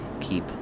Keep